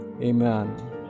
Amen